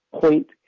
Point